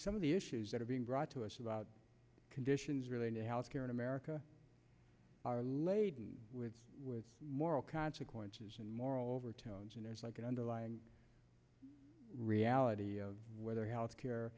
some of the issues that are being brought to us about conditions related health care in america are laden with moral consequences and moral overtones and there's like an underlying reality whether health care